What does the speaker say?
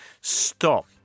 stop